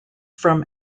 from